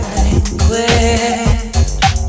language